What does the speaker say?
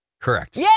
correct